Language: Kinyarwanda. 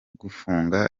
gufunga